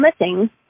missing